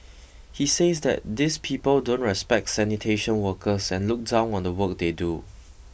he says that these people don't respect sanitation workers and look down on the work they do